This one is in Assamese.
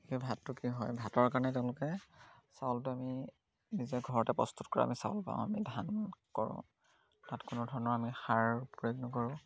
সেই ভাতটো কি হয় ভাতৰ কাৰণে তেওঁলোকে চাউলটো আমি নিজে ঘৰতে প্ৰস্তুত কৰি আমি চাউল পাওঁ আমি ধান কৰোঁ তাত কোনো ধৰণৰ আমি সাৰ প্ৰয়োগ নকৰোঁ